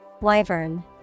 Wyvern